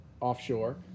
offshore